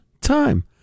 time